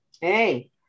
Hey